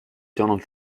donald